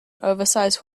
oversize